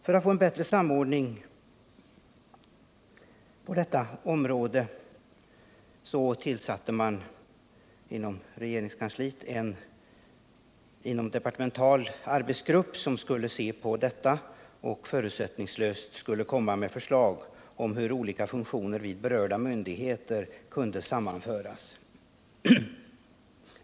För att få en bättre samordning på detta område tillsatte man inom regeringskansliet en inomdepartemental arbetsgrupp som skulle se på detta förutsättningslöst och lägga fram förslag om hur olika funktioner vid berörda myndigheter kunde sammanföras.